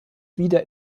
wieder